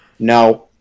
No